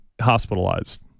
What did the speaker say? hospitalized